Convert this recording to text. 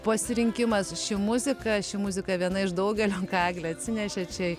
pasirinkimas ši muzika ši muzika viena iš daugelio eglė atsinešė čia